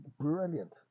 brilliant